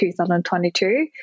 2022